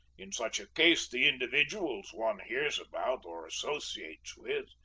in such a case the individuals one hears about or associates with,